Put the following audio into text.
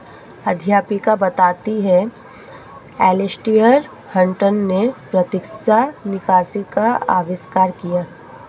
अध्यापिका बताती हैं एलेसटेयर हटंन ने प्रत्यक्ष निकासी का अविष्कार किया